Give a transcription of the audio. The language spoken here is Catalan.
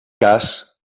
cas